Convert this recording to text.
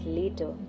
later